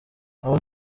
abo